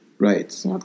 Right